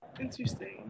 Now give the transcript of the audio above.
Interesting